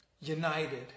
united